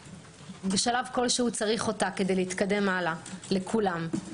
בשלב כלשהו צריך אותה כדי להתקדם הלאה, לכולם.